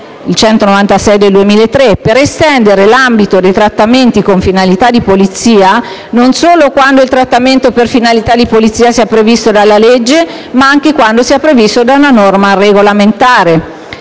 n. 196 del 2003) per estendere l'ambito dei trattamenti con finalità di polizia, non solo quando il trattamento per finalità di polizia sia previsto dalla legge, ma anche quando sia previsto da una norma regolamentare.